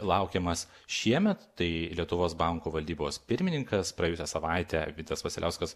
laukiamas šiemet tai lietuvos banko valdybos pirmininkas praėjusią savaitę vitas vasiliauskas